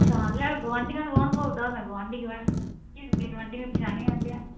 ਪਛਾਣ ਲਿਆ ਗੁਆਂਡੀਆਂ ਨੂੰ ਕੌਣ ਭੁਲਦਾ ਹੁੰਦਾ ਗੁਆਂਢੀ ਗੁਆਂਢੀ ਨੂੰ ਪਛਾਣੀ ਜਾਂਦੇ ਆ